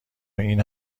این